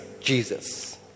Jesus